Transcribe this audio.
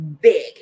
big